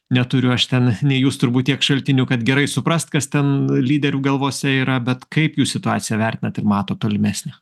neturiu aš ten nei jūs turbūt tiek šaltinių kad gerai suprast kas ten lyderių galvose yra bet kaip jūs situaciją vertinat ir matot tolimesnę